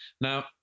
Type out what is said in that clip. Now